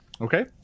Okay